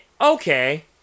okay